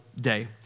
day